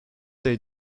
they